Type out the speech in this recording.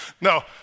No